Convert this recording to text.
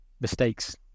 mistakes